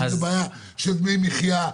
האם זו בעיה של דמי מחיה,